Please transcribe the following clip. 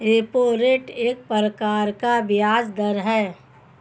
repo rate एक प्रकार का ब्याज़ दर है